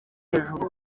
hejuru